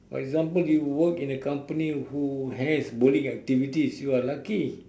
for example you work in the company who has bowling activities you are lucky